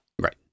Right